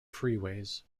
freeways